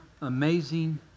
Amazing